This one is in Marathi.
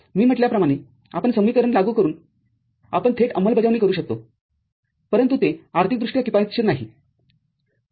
मी म्हटल्याप्रमाणे आपणसमीकरण लागू करून आपण थेट अंबलबजावणी करू शकतोपरंतु ते आर्थिकदृष्ट्या किफायतशीर राहणार नाही